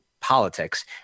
politics